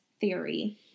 theory